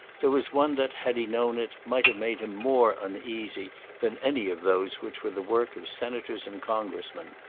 there was one that, had he known it, might have made him more uneasy than any of those which were the work of senators and congressmen.